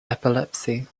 epilepsy